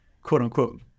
quote-unquote